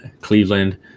Cleveland